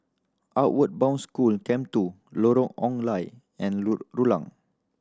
Outward Bound School Camp Two Lorong Ong Lye and Rulang